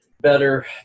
better